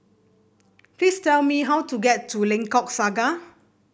please tell me how to get to Lengkok Saga